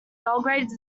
belgrade